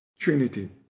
Trinity